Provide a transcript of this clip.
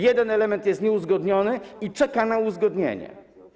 Jeden element jest nieuzgodniony i czeka na uzgodnienie.